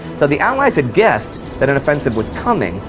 so the allies had guessed that an offensive was coming,